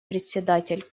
председатель